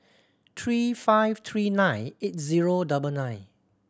three five three nine eight zero double nine